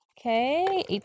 Okay